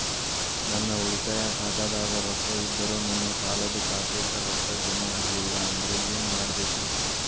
ನನ್ನ ಉಳಿತಾಯ ಖಾತಾದಾಗ ರೊಕ್ಕ ಇದ್ದರೂ ನನ್ನ ಸಾಲದು ಖಾತೆಕ್ಕ ರೊಕ್ಕ ಜಮ ಆಗ್ಲಿಲ್ಲ ಅಂದ್ರ ಏನು ಮಾಡಬೇಕು?